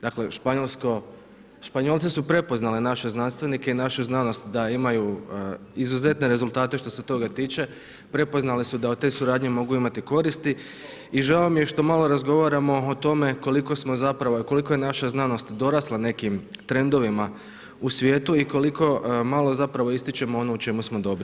Dakle, Španjolci su prepoznali naše znanstvenike i našu znanost da imaju izuzetne rezultate što se tog tiče, prepoznali su da od te suradnje mogu imati koristi i žao mi je što malo razgovaramo o tome koliko je naša znanost dorasla nekim trendovima u svijetu i koliko malo zapravo ističemo ono o čemu smo dobri.